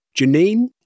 Janine